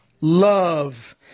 love